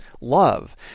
love